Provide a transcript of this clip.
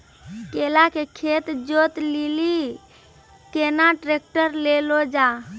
केला के खेत जोत लिली केना ट्रैक्टर ले लो जा?